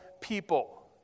people